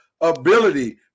ability